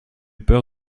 peur